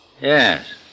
Yes